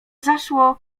zaszło